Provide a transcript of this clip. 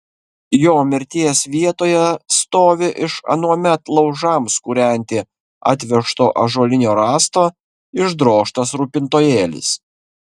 jo mirties vietoje stovi iš anuomet laužams kūrenti atvežto ąžuolinio rąsto išdrožtas rūpintojėlis